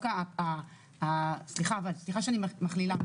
סליחה שאני מכלילה.